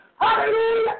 Hallelujah